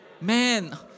Man